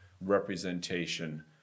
representation